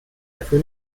dafür